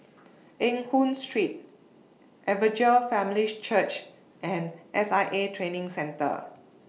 Eng Hoon Street Evangel Families Church and S I A Training Centre